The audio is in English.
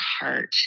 heart